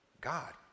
god